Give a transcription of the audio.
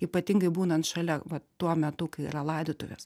ypatingai būnant šalia va tuo metu kai yra laidotuvės